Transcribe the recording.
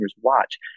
watch